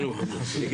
הכי קל?